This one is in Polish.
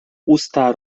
usta